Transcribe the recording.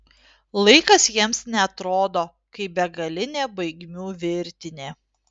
laikas jiems neatrodo kaip begalinė baigmių virtinė